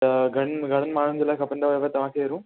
त घणी घणनि माण्हुनि जे लाइ खपंदा हुया तव्हांखे रूम